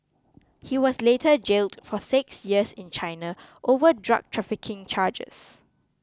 he was later jailed for six years in China over drug trafficking charges